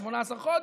18 חודש.